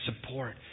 support